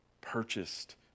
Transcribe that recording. purchased